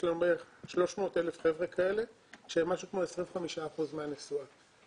יש היום בערך 300,000 אנשים כאלה שהם משהו כמו 25 אחוזים מהנסועה.